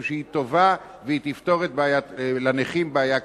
שהיא טובה והיא תפתור לנכים בעיה קשה.